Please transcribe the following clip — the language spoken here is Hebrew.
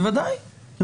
בוודאי שגם לידה.